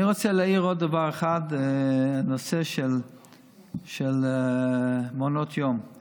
אני רוצה להעיר עוד דבר אחד, בנושא מעונות היום.